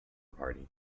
party